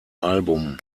album